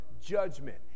judgment